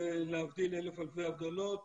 להבדיל אלף אלפי הבדלות,